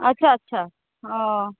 अच्छा अच्छा ओ